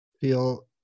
feel